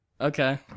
Okay